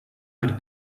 per